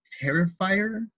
Terrifier